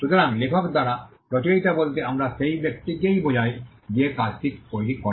সুতরাং লেখক দ্বারা রচয়িতা বলতে আমরা সেই ব্যক্তিকে বোঝাই যা কাজটি তৈরি করে